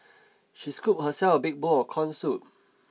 she scooped herself a big bowl of corn soup